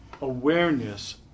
awareness